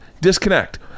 Disconnect